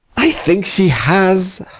i think she has.